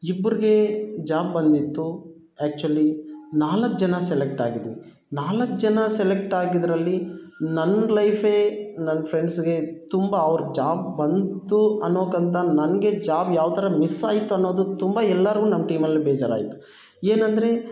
ಇಬ್ಬರಿಗೆ ಜಾಬ್ ಬಂದಿತ್ತು ಆ್ಯಕ್ಚುವಲಿ ನಾಲ್ಕು ಜನ ಸೆಲೆಕ್ಟ್ ಆಗಿದ್ವಿ ನಾಲ್ಕು ಜನ ಸೆಲೆಕ್ಟ್ ಆಗಿದ್ದರಲ್ಲಿ ನನ್ನ ಲೈಫೇ ನನ್ನ ಫ್ರೆಂಡ್ಸ್ಗೆ ತುಂಬ ಅವ್ರ ಜಾಬ್ ಬಂತು ಅನ್ನೋಕ್ಕಿಂತ ನನಗೆ ಜಾಬ್ ಯಾವಥರ ಮಿಸ್ ಆಯ್ತು ಅನ್ನೋದು ತುಂಬ ಎಲ್ಲರಿಗೂ ನಮ್ಮ ಟೀಮಲ್ಲಿ ಬೇಜಾರಾಯ್ತು ಏನಂದರೆ